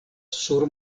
sur